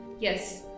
Yes